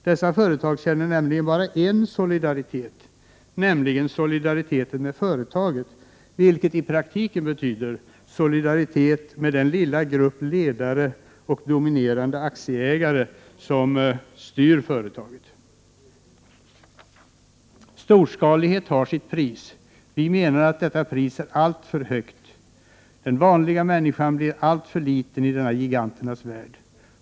Dessa företag känner bara en solidaritet, nämligen solidaritet med företaget, vilket i praktiken betyder solidaritet med den lilla grupp av företagsledare och dominerande aktieägare som styr företaget. Storskalighet har sitt pris. Vi menar att detta pris är alltför högt. Den vanliga människan blir alltför liten i denna giganternas värld.